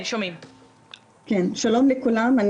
שלום לכולם,